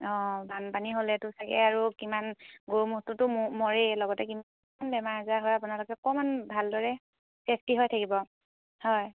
অঁ বানপানী হ'লেতো চাগে আৰু কিমান গৰু ম'হটোতো মৰেই লগতে কিমান বেমাৰ আজাৰ হয় আপোনালোকে অকণমান ভালদৰে চেফটি হৈ থাকিব হয়